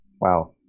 Wow